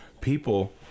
People